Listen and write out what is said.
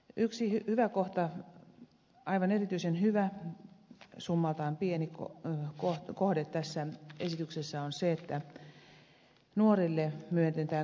yksi hyvä kohta aivan erityisen hyvä summaltaan pieni kohde tässä esityksessä on se että nuorille myönnetään tunnustuspalkintoja